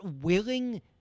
willing